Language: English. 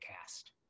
cast